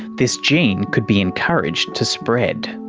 this gene could be encouraged to spread.